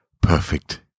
Perfect